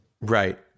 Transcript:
Right